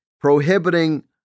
prohibiting